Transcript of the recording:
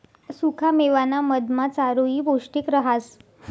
सुखा मेवाना मधमा चारोयी पौष्टिक रहास